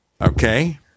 Okay